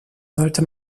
sollte